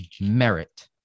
merit